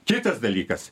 kitas dalykas